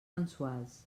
mensuals